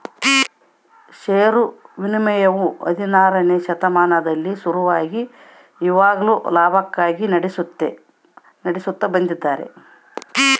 ಷೇರು ವಿನಿಮಯವು ಹದಿನಾರನೆ ಶತಮಾನದಲ್ಲಿ ಶುರುವಾಗಿ ಇವಾಗ್ಲೂ ಲಾಭಕ್ಕಾಗಿ ನಡೆಸುತ್ತ ಬಂದಿದ್ದಾರೆ